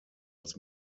was